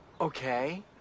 Okay